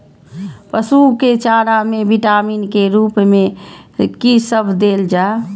पशु के चारा में विटामिन के रूप में कि सब देल जा?